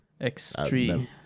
X3